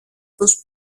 πως